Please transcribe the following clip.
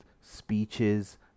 speeches